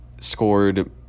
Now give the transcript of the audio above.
Scored